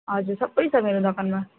हजुर सबै छ मेरो दोकानमा